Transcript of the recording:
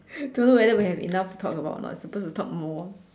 don't know whether will have enough to talk about or not suppose to talk more